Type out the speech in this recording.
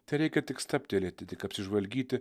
tereikia tik stabtelėti tik apsižvalgyti